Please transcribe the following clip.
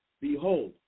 behold